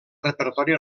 repertori